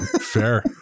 Fair